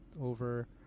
over